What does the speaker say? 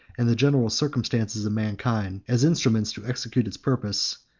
and the general circumstances of mankind, as instruments to execute its purpose,